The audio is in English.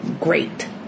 great